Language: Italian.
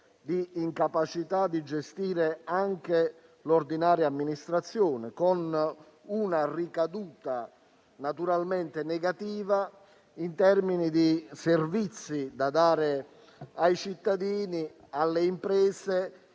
era incapace di gestire anche l'ordinaria amministrazione, con una ricaduta negativa in termini di servizi da dare ai cittadini, alle imprese